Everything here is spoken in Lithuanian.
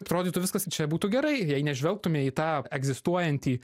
atrodytų viskas čia būtų gerai jei ne žvelgtume į tą egzistuojantį